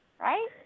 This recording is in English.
right